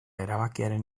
erabakiaren